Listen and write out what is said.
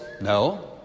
No